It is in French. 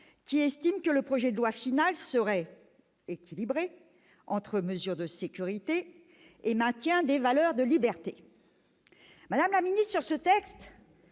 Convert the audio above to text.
lequel estime que le projet de loi final est équilibré entre mesures de sécurité et maintien des valeurs de liberté. Madame la ministre, le